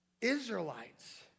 Israelites